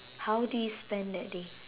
how do you spend that day